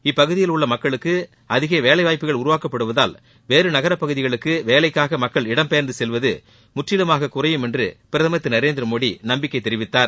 இப்பகுதியில் உள்ள மக்களுக்கு அதிக வேலை வாய்ப்புகள் உருவாக்கப்படுவதால் வேறு நகர பகுதிகளுக்கு வேலைக்காக மக்கள் இடம்பெயர்ந்து செல்வது முற்றிலுமாக குறையும் என்றும் பிரதமர் திரு நரேந்திரமோடி நம்பிக்கை தெரிவித்தார்